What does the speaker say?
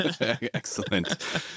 Excellent